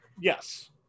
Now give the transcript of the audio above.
yes